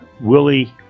Willie